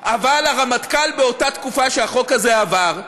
אבל הרמטכ"ל, באותה תקופה שהחוק הזה עבר,